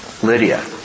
Lydia